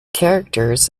characters